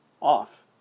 off